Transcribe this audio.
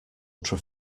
ultra